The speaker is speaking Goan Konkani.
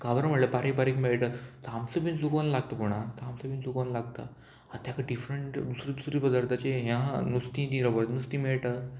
गाबरो म्हणल्यार बारीक बारीक मेळटा तामसो बीन चुकोन लागता पूण आं तामसो बीन चुकोन लागता आनी तेका डिफरंट दुसरे दुसरे पदार्थाचे हें आहा नुस्तीं तीं रबरचीं नुस्तीं मेळटा